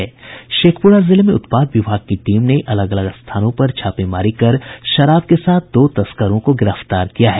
शेखपुरा जिले में उत्पाद विभाग की टीम ने अलग अलग स्थानों पर छापेमारी कर शराब के साथ दो तस्करों को गिरफ्तार किया है